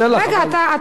אתה כבר סיימת?